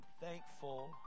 thankful